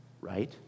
right